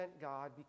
God